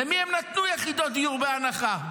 למי הם נתנו יחידות דיור בהנחה.